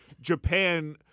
Japan